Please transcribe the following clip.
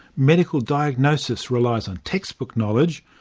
medical diagnosis relies on textbook knowledge,